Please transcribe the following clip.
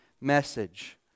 message